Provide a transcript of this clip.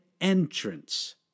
entrance